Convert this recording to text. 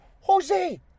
Jose